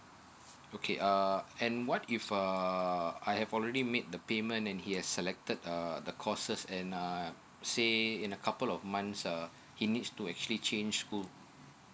okay uh and what if uh I have already made the payment and he has selected err the courses and uh say in a couple of months uh he needs to actually change to